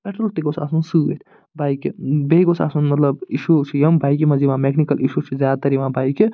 petrol تہِ گوٚژھ آسُن سۭتۍ بایکہِ بیٚیہِ گوٚژھ آسُن مطلب اِشوٗ چھِ یِم بایکہِ منٛز یِوان میٚکنِکَل اِشوٗز چھِ زیادٕ تر یِوان بایکہِ